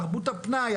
תרבות הפנאי,